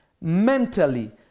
Mentally